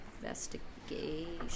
investigation